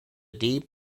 deep